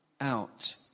out